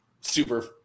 super